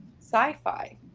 sci-fi